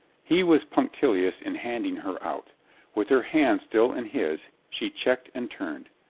he was punctilious in handing her out with her hand still in his she checked and turned.